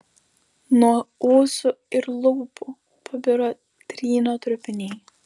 nuo ūsų ir lūpų pabiro trynio trupiniai